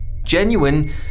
genuine